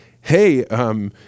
hey